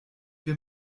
wir